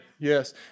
Yes